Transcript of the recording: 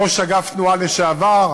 ראש אגף תנועה לשעבר,